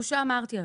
הוא שאמרתי.